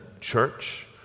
church